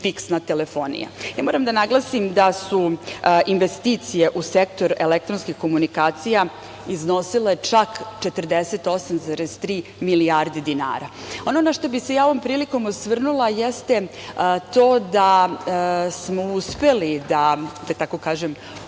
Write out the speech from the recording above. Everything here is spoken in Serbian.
fiksna telefonija. Moram da naglasim da su investicije u sektor elektronskih komunikacija iznosile čak 48,3 milijarde dinara. Ono na šta bih se ja ovom prilikom osvrnula jeste to da smo uspeli da, tako kažem,